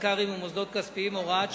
מלכ"רים ומוסדות כספיים) (הוראת שעה),